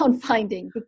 finding